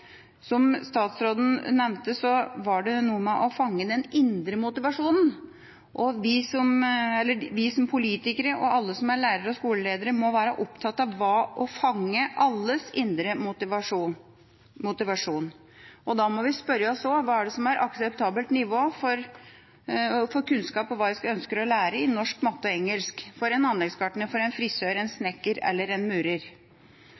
Som statsråden nevnte, er det noe med å fange den indre motivasjonen, og vi som politikere, og alle som er lærere og skoleledere, må være opptatt av å fange alles indre motivasjon. Da må vi spørre oss: Hva er det som er akseptabelt nivå for kunnskap og hva en ønsker å lære i norsk, matte og engelsk – for en anleggsgartner, for en frisør, en snekker eller en murer?